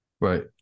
right